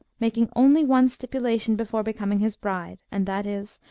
making only one stipulation before becoming his bride, and that is,